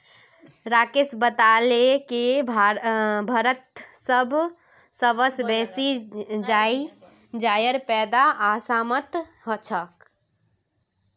राकेश बताले की भारतत सबस बेसी चाईर पैदा असामत ह छेक